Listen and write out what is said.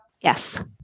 Yes